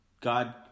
God